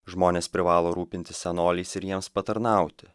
žmonės privalo rūpintis senoliais ir jiems patarnauti